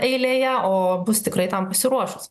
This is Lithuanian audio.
eilėje o bus tikrai tam pasiruošus